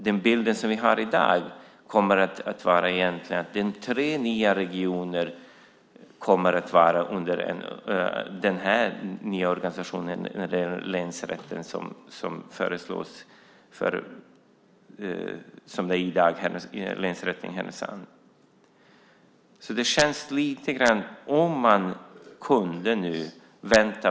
Den bild som vi har i dag innebär att tre nya regioner kommer att vara under den här nya organisationen eller länsrätten som föreslås i stället för länsrätten i Härnösand, som finns i dag. Det känns lite grann som att man borde kunna vänta.